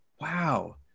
Wow